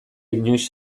inoiz